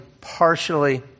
partially